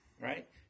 Right